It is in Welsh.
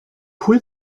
pwy